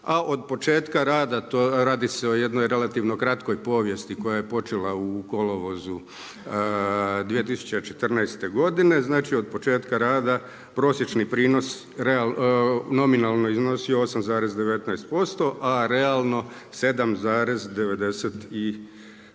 a od početka rada, radi se o relativnoj kratkoj povijesti koja je počela u kolovozu 2014. godine. Znači od početka rada prosječni prinos nominalni iznosi 9,47%, a realno 9,85%.